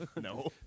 No